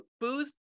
booze